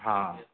हाँ